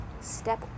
Step